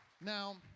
Now